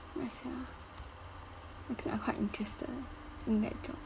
ya sia I think I quite interested in that job